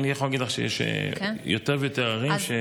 אני יכול להגיד לך שיש יותר ויותר ערים, כן?